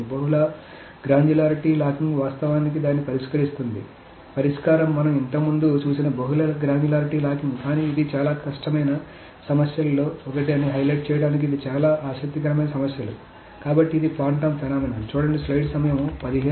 బహుళ granularity locking వాస్తవానికి దాన్ని పరిష్కరిస్తుంది పరిష్కారం మనం ఇంతకు ముందు చూసిన బహుళ గ్రాన్యులారిటీ లాకింగ్ కానీ ఇది చాలా కష్టమైన సమస్యలలో ఒకటి అని హైలైట్ చేయడానికి ఇది చాలా ఆసక్తికరమైన సమస్యలు కాబట్టి ఇది ఫాంటమ్ ఫెనొమెనొన్